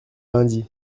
lundi